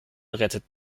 rettet